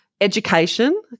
education